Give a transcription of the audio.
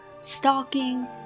stalking